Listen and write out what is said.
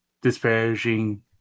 disparaging